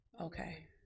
Okay